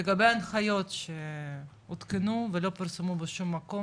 לגבי הנחיות שעודכנו ולא פורסמו בשום מקום.